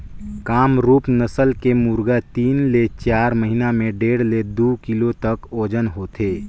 कामरूप नसल के मुरगा तीन ले चार महिना में डेढ़ ले दू किलो तक ओजन होथे